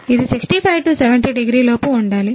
ఇది 65 70 డిగ్రీలలోపు ఉండాలి